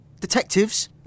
Detectives